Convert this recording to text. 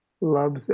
loves